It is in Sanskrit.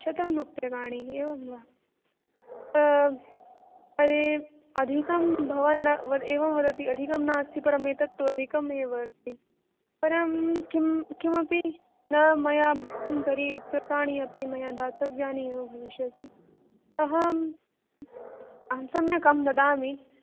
शतंरूप्यकाणि एवं वा अरे अधिकं भवान् न वद् एवं वदति अधिकं नास्ति परं एतत्तु अधिकमेव अस्ति परं किं किमपि न मया भुक्तं तर्हि रुप्यकाणि अपि मया दातव्यानि एव भविष्यति अहं अहं सम्यक् अहं ददामि